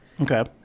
Okay